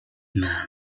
man